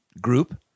group